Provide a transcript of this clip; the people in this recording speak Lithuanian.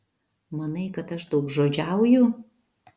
manai kad aš daugžodžiauju